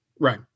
Right